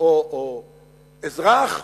או אזרח,